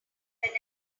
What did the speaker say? were